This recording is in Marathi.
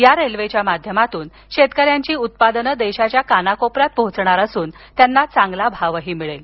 या रेल्वेच्या माध्यमातून शेतकऱ्यांची उत्पादनं देशाच्या कानाकोपऱ्यात पोहोचणार असून त्यांना चांगला भावही मिळेल